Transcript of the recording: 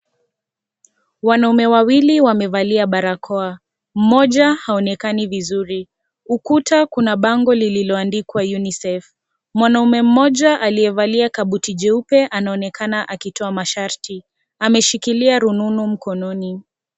Wanaume wawili wamevalia barakoa, mmoja haonekani vizuri, ukuta kuna bango lililoandikwa Unicef, mwanamme mmoja aliyevalia kabuti jeupe anaonekana akitoa masharti, ameshikilia rununu mkononi.